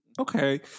Okay